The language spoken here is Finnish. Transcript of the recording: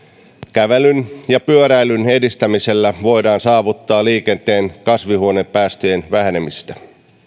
kävelyn ja pyöräilyn edistämisellä voidaan saavuttaa liikenteen kasvihuonepäästöjen vähenemistä